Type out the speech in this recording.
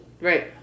Right